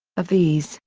of these,